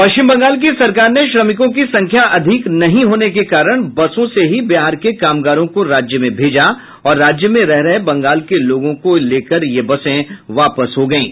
पश्चिम बंगाल की सरकार ने श्रमिकों की संख्या अधिक नहीं होने के कारण बसों से बिहार के कामगारों को राज्य में भेजा है और राज्य में रह रहे बंगाल के लोगों को लेकर बसें वापस हो गयीं